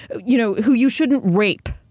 you know, who you shouldn't rape.